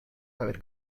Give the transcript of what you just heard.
haber